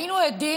היינו עדים,